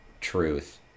truth